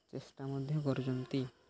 ଚେଷ୍ଟା ମଧ୍ୟ କରୁଛନ୍ତି